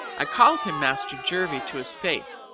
i called him master jervie to his face,